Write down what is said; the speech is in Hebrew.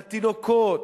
לתינוקות,